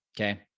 okay